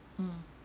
mm